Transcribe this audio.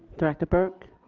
director burke.